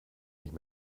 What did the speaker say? nicht